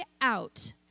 out